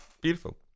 Beautiful